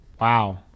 Wow